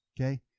okay